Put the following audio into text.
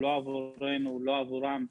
לא עבורנו ולא עבורם.